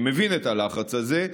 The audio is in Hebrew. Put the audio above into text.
אני מבין את הלחץ הזה,